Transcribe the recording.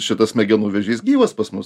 šitas smegenų vėžys gyvas pas mus